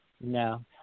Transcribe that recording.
No